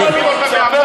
עמונה.